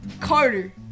Carter